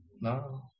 no